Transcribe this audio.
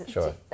Sure，